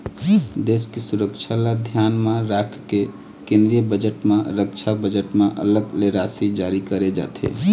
देश के सुरक्छा ल धियान म राखके केंद्रीय बजट म रक्छा बजट म अलग ले राशि जारी करे जाथे